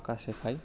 আঁকা শেখাই